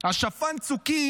שפן הצוקים,